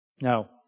Now